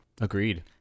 Agreed